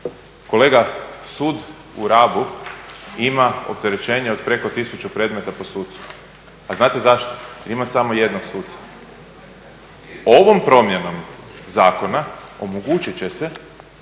Kolega, sud u Rabu ima opterećenje od preko 1000 predmeta po sucu. A znate zašto? Ima samo jednog suca. Ovom promjenom zakona omogućit će se